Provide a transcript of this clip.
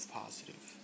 positive